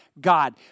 God